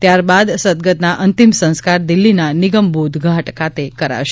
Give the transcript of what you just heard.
ત્યાર બાદ સદગતના અંતિમ સંસ્કાર દિલ્હીના નિગમબોધ ઘાટ ખાતે કરાશે